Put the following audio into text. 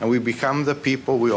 and we become the people we